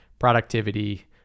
productivity